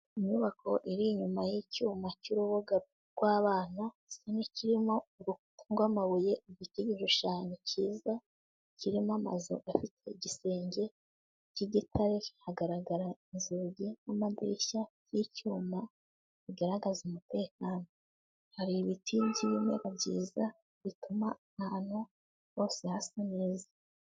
Inyubako iri inyuma y'icyuma cy'urubuga rw'abana gisa n'ikirimo urukuta rw'amabuye afite igishushanyo kiza kirimo amazu afite igisenge cy'igitare, hagaragara inzugi namadirishya y'icyuma bigaragaza umutekano. Hari ibiti by'ibimera byiza bituma ahantu hose hasa neza.